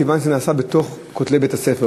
מכיוון שזה נעשה בין כותלי בית-הספר.